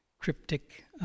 cryptic